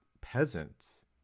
peasants